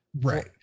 Right